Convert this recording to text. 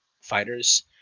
fighters